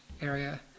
area